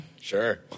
Sure